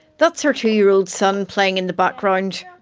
that's her two-year-old son playing in the background.